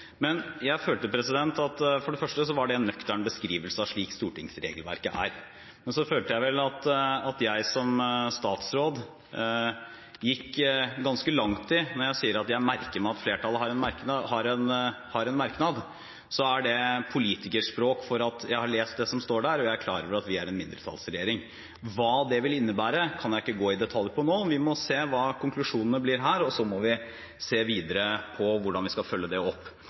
Jeg følte at for det første var det en nøktern beskrivelse av hvordan stortingsregelverket er. Men så følte jeg vel at jeg som statsråd gikk ganske langt. Når jeg sier at jeg merker meg at flertallet har en merknad, så er det politikerspråk for at jeg har lest det som står der. Og jeg er klar over at vi er en mindretallsregjering. Hva det vil innebære, kan jeg ikke gå i detalj på nå. Vi må se hva konklusjonene blir her, og så må vi se på hvordan vi skal følge det opp